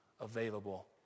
available